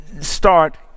start